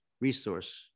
resource